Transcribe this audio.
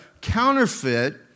counterfeit